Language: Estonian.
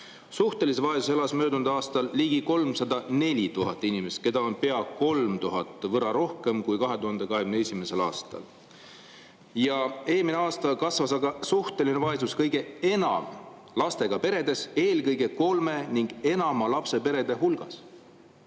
Suhtelises vaesuses elas möödunud aastal ligi 304 000 inimest, keda on pea 3000 võrra rohkem kui 2021. aastal. Eelmisel aastal kasvas suhteline vaesus kõige enam lastega perede, eelkõige kolme ning enama lapsega perede hulgas. See